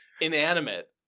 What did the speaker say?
Inanimate